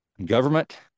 Government